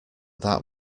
that